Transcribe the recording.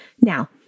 Now